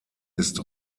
ist